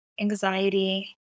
anxiety